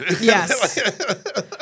Yes